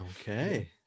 okay